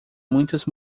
muitas